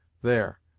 there,